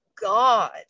God